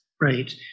Right